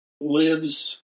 lives